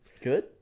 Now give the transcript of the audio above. Good